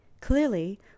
Clearly